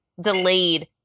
delayed